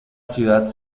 ciudad